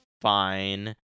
fine